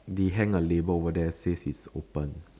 they hang a label over there says it's open